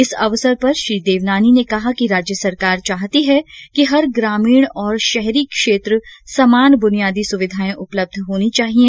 इस अवसर पर श्री देवनानी ने कहा कि राज्य सरकार चाहती है कि हर ग्रामीण और शहरी क्षेत्र समान बुनियादी सुविघाएं उपलब्ध होनी चाहिए